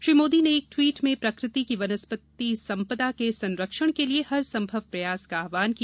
श्री मोदी ने एक ट्वीट में प्रकृति की वनस्पति संपदा के संरक्षण के लिए हरसंभव प्रयास का आह्वान किया